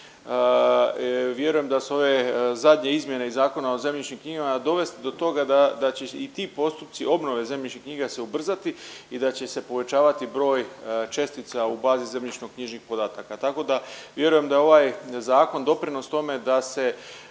Vjerujem da su ove zadnje izmjene iz Zakona o zemljišnim knjigama dovesti do toga da će i ti postupci obnove zemljišnih knjiga se ubrzati i da će se povećavati broj čestica u bazi zemljišno-knjižnih podataka. Tako da vjerujem da je ovaj zakon doprinos tome da se